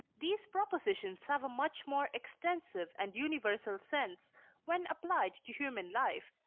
these propositions have a much more extensive and universal sense when applied to human life,